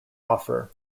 offer